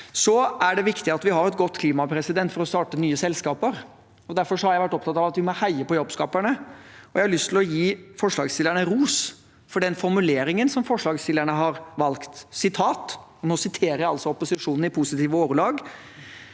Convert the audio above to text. Det er viktig at vi har et godt klima for å starte nye selskaper. Derfor har jeg vært opptatt av at vi må heie på jobbskaperne, og jeg har lyst til å gi forslagsstillerne ros for den formuleringen de har valgt – og nå siterer jeg altså opposisjonen i positive ordelag